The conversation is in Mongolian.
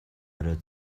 орой